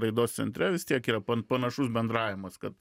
raidos centre vis tiek yra panašus bendravimas kad